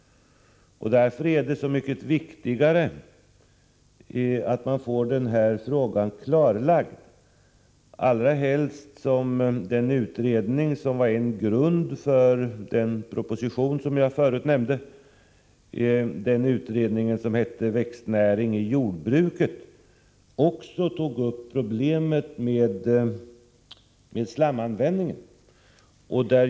Därför är det så mycket viktigare att denna fråga klarläggs, allra helst som den utredning som låg till grund för den proposition jag förut nämnde, Växtnäring i jordbruket, också tog upp problemet med slamanvändningen.